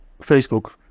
Facebook